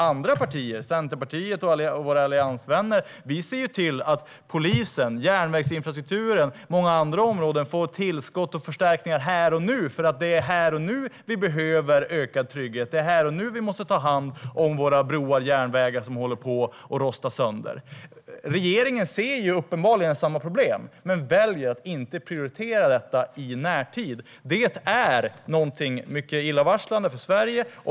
Andra partier, Centerpartiet och våra alliansvänner, ser tvärtom till att polisen, järnvägsinfrastrukturen och många andra områden får tillskott och förstärkningar här och nu. Det är nämligen här och nu vi behöver ökad trygghet. Det är här och nu vi måste ta hand om våra broar och järnvägar som håller på att rosta sönder. Regeringen ser uppenbarligen samma problem men väljer att inte prioritera detta i närtid. Det är mycket illavarslande för Sverige.